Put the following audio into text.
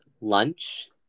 lunch